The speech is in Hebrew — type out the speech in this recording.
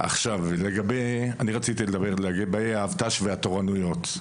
לגבי האבט"ש והתורנויות,